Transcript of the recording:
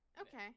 okay